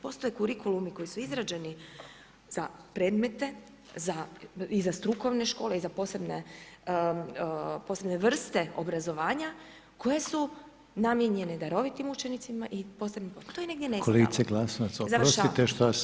Postoje kurikulumi koji su izrađeni za predmete i za strukovne škole, za posebne vrste obrazovanja koja su namijenjena darovitim učenicima i posebnim potrebama, to je negdje nestalo.